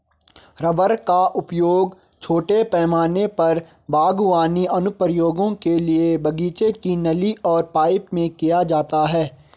rubber का उपयोग छोटे पैमाने पर बागवानी अनुप्रयोगों के लिए बगीचे की नली और पाइप में किया जाता है